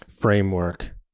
framework